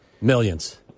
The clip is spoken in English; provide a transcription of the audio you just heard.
millions